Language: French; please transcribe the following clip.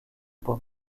pomme